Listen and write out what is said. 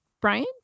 brian